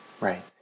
Right